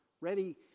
ready